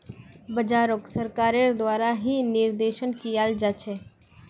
बाजारोक सरकारेर द्वारा ही निर्देशन कियाल जा छे